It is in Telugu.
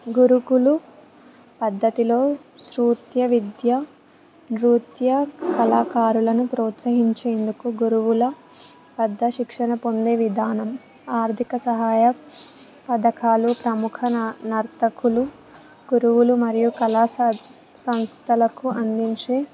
గురుకుల పద్ధతిలో నృత్య విద్య నృత్య కళాకారులను ప్రోత్సహించేందుకు గురువుల వద్ద శిక్షణ పొందే విధానం ఆర్థిక సహాయ పథకాలు ప్రముఖ నర్తకులు గురువులు మరియు కళా స సంస్థలకు అందించి